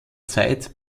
zeit